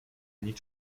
need